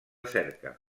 cerca